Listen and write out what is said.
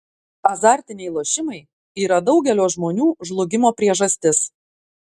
azartiniai lošimai yra daugelio žmonių žlugimo priežastis